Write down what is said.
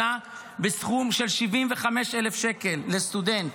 שנה בסכום של 75,000 שקל לסטודנט